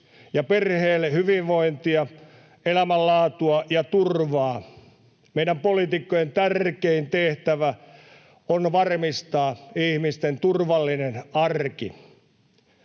ja perheelle hyvinvointia, elämänlaatua ja turvaa. Meidän poliitikkojen tärkein tehtävä on varmistaa ihmisten turvallinen arki.